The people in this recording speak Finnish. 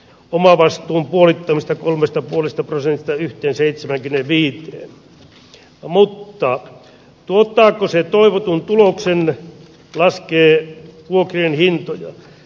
omavastuun puolittamista kolmesta puolista on se että yhteen seitsemättä viii mutta tuottaako se toivotun tuloksen laskee vuokrien hintoja